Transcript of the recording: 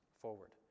forward